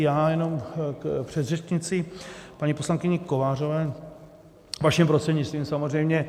Já jenom k předřečnici paní poslankyni Kovářové, vaším prostřednictvím samozřejmě.